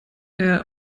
der